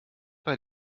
bei